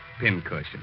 pincushion